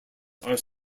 are